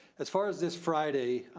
as far as this friday,